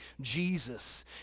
Jesus